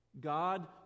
God